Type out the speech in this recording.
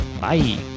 Bye